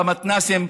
במתנ"סים,